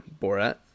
Borat